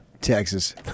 Texas